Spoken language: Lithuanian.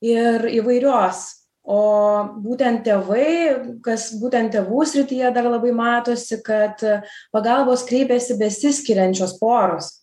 ir įvairios o būtent tėvai kas būtent tėvų srityje dar labai matosi kad pagalbos kreipiasi besiskiriančios poros